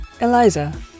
Eliza